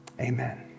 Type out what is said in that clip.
Amen